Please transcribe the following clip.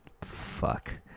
fuck